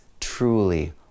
truly